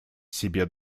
себе